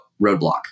roadblock